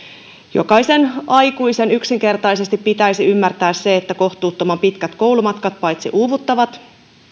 jokaisen aikuisen yksinkertaisesti pitäisi ymmärtää se että kohtuuttoman pitkät koulumatkat paitsi uuvuttavat myös